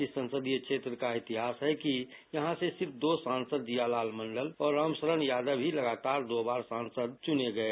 इस संसदीय क्षेत्र का इतिहास है कि यहां से सिर्फ दो सांसद जियाराम मंडल और रामशरण यादव ही लगातार दो बार सांसद चुने गये